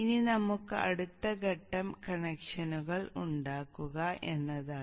ഇനി നമുക്ക് അടുത്ത ഘട്ടം കണക്ഷനുകൾ ഉണ്ടാക്കുക എന്നതാണ്